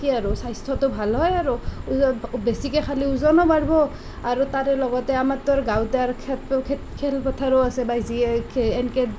কি আৰু স্বাস্থ্যটো ভাল হয় আৰু বেছিকৈ খালে ওজনো বাঢ়িব আৰু তাৰে লগতে আমাৰতো গাঁৱতে আৰু খেলপথাৰো আছে বা যিয়ে খে এনেকৈ